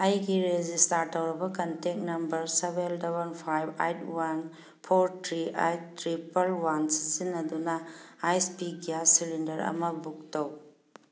ꯑꯩꯒꯤ ꯔꯦꯖꯤꯁꯇꯔ ꯇꯧꯔꯕ contact number seven double five eight one four three eight triple one ꯁꯤꯖꯤꯟꯅꯗꯨꯅ H P gas cylinder ꯑꯃ book ꯇꯧ